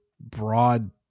broad